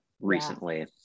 recently